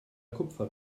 kupfer